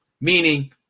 meaning